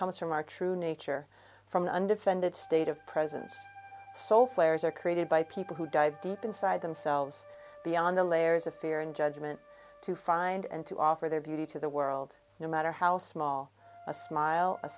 comes from our true nature from the undefended state of presence so flares are created by people who dive deep inside themselves beyond the layers of fear and judgement to find and to offer their beauty to the world no matter how small a smile a